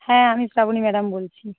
হ্যাঁ আমি শ্রাবণী ম্যাডাম বলছি